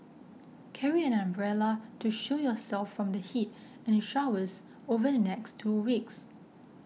carry an umbrella to shield yourself from the heat and showers over the next two weeks